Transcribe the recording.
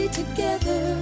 together